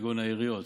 כגון עיריות,